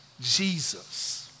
Jesus